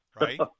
Right